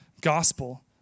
gospel